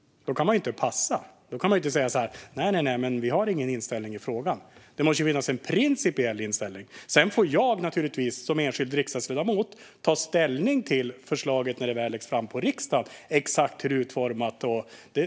Då kan man inte passa och säga att man inte har någon inställning i frågan, utan det måste finnas en principiell inställning. Sedan får naturligtvis jag som enskild riksdagsledamot ta ställning till förslaget och dess exakta utformning när det väl läggs fram för riksdagen.